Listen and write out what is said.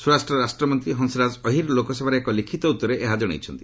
ସ୍ୱରାଷ୍ଟ୍ର ରାଷ୍ଟମନ୍ତ୍ରୀ ହଂସରାଜ ଅହିର୍ ଲୋକସଭାରେ ଏକ ଲିଖିତ ଉତ୍ତରରେ ଏହା ଜଣାଇଛନ୍ତି